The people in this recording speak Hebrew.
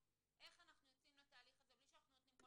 איך אנחנו יוצאים לתהליך הזה בלי שאנחנו נותנים כל